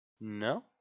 No